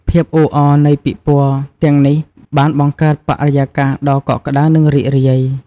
ភាពអ៊ូអរនៃពិព័រណ៍ទាំងនេះបានបង្កើតបរិយាកាសដ៏កក់ក្ដៅ និងរីករាយ។